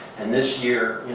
and this year,